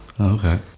Okay